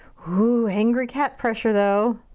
oooooh! angry cat pressure though.